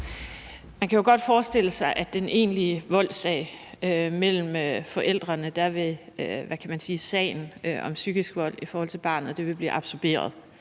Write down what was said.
Man kan jo godt i forbindelse med den egentlige voldssag mellem forældrene forestille sig, at sagen om psykisk vold i forhold til barnet vil blive absorberet